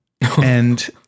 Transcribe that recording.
And-